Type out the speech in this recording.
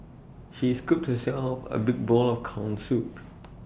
she scooped herself A big bowl of Corn Soup